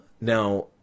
Now